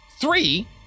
three